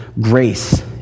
grace